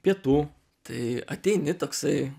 pietų tai ateini toksai